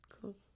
Cool